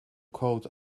coat